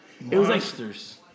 Monsters